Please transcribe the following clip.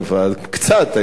קצת היית יכול.